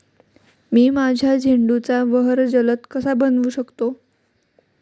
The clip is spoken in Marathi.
मी माझ्या झेंडूचा बहर जलद कसा बनवू शकतो?